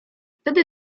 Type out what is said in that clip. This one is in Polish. wtedy